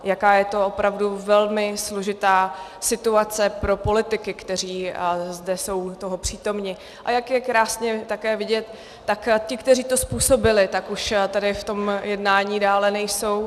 Jaká je to opravdu velmi složitá situace pro politiky, kteří jsou zde toho přítomni, a jak je krásně také vidět, že ti, kteří to způsobili, tak už tady v tom jednání dále nejsou.